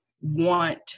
want